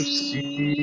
see